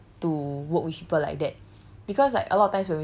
like better lah to work with people like that